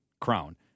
crown